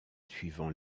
suivant